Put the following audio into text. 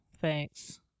thanks